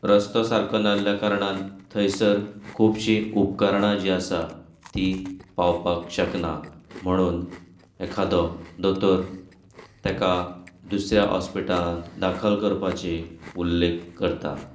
रस्तो सारको नाहल्या कारणान थंयसर खुबशीं उपकरणां जी आसा ती पावपाक शकना म्हणून एकादो दोतोर तेका दुसऱ्यां हॉस्पिटलान दाखल करपाची उल्लेख करता